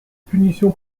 punitions